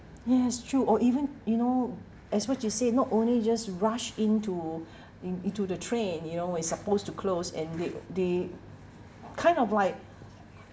yes true or even you know as what you say not only just rush into in~ into the train you know it's supposed to close and they they kind of like